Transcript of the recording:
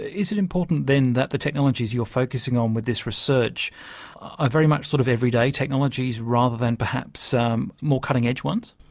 is it important then that the technologies you're focusing on with this research are very much sort of everyday technologies rather than perhaps um more cutting-edge ones?